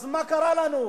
אז מה קרה לנו?